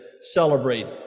celebrate